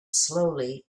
slowly